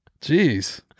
Jeez